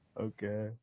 okay